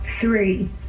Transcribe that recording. Three